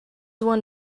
one